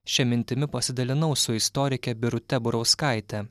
šia mintimi pasidalinau su istorike birute burauskaite